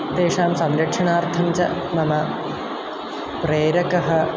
तेषां संरक्षणार्थं च मम प्रेरकः